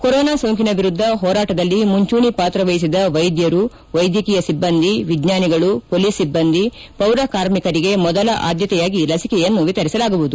corona ಸೋಂಕಿನ ವಿರುದ್ದ ಹೋರಾಟದಲ್ಲಿ ಮುಂಚೂಣಿ ಪಾತ್ರ ವಹಿಸಿದ ವೈದ್ಯರು ವೈದ್ಯಕೀಯ ಸಿಬ್ಬಂದಿ ವಿಜ್ಞಾನಿಗಳು ಪೊಲೀಸ್ ಸಿಬ್ಬಂದಿ ಪೌರ ಕಾರ್ಮಿಕರಿಗೆ ಮೊದಲ ಆದ್ದತೆಯಾಗಿ ಲಸಿಕೆಯನ್ನು ವಿತರಿಸಲಾಗುವುದು